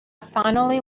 finally